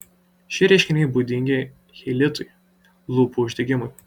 šie reiškiniai būdingi cheilitui lūpų uždegimui